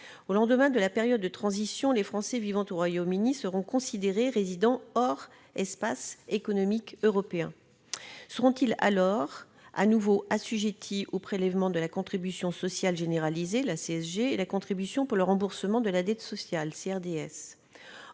Au lendemain de la période de transition, les Français vivant au Royaume-Uni seront considérés comme résidant hors de l'espace économique européen. Seront-ils alors de nouveau assujettis au prélèvement de la contribution sociale généralisée, la CSG, et de la contribution pour le remboursement de la dette sociale, la CRDS ?